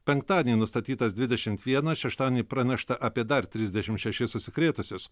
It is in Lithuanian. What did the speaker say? penktadienį nustatytas dvidešimt vienas šeštadienį pranešta apie dar trisdešimt šešis užsikrėtusius